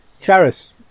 Charis